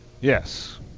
Yes